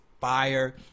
fire